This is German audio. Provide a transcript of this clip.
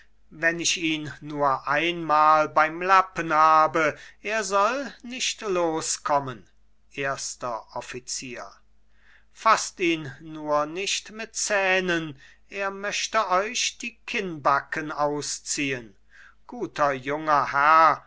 wenn ich ihn nur einmal beim lappen habe er soll nicht loskommen erster offizier faßt ihn nur nicht mit zähnen er möchte euch die kinnbacken ausziehen guter junger herr